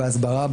בהסברה,